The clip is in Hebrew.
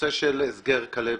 נושא של הסגר כלבת.